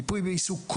ריפוי בעיסוק.